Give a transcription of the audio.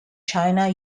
china